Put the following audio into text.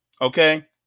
Okay